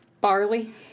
Barley